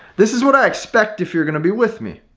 this is what i expect. if you're going to be with me.